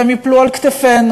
והם ייפלו על כתפינו,